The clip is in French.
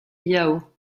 yao